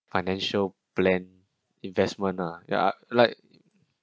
financial plan investment lah ya like